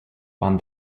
waren